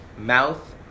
mouth